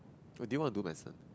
did you want to do medicine